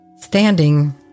standing